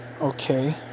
Okay